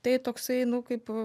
tai toksai nu kaip